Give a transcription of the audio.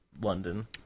London